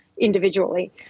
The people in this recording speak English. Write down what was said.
individually